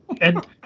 And-